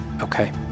Okay